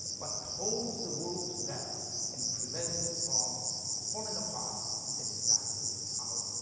but calls the world together and prevents it from falling apart is exactly this power.